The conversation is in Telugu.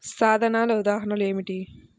సాధనాల ఉదాహరణలు ఏమిటీ?